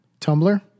Tumblr